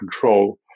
control